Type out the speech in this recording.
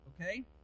Okay